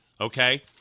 okay